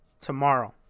tomorrow